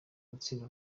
gutsinda